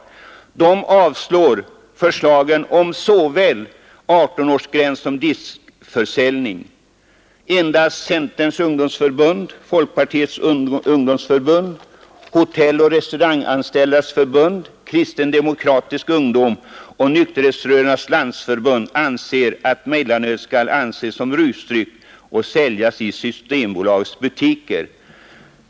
De avstyrker såväl förslaget om 18-årsgräns som förslaget om diskförsäljning. Endast Centerns ungdomsförbund, Folkpartiets ungdomsförbund, Hotelloch restauranganställdas förbund, Kristen demokratisk ungdom och Nykterhetsrörelsernas landsförbund anser att mellanöl skall betraktas som rusdryck och säljas i systembolagets butiker.